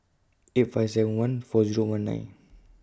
eight five seven one four Zero one nine